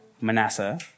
Manasseh